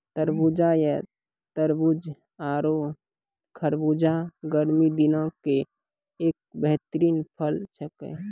तरबूज या तारबूज आरो खरबूजा गर्मी दिनों के एक बेहतरीन फल छेकै